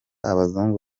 abazungu